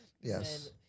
yes